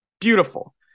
Beautiful